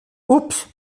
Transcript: ups